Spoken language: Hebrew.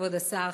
כבוד השר,